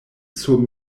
sur